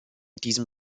diesen